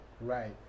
Right